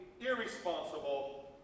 irresponsible